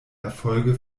erfolge